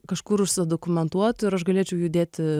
kažkur užsidokumentuotų ir aš galėčiau judėti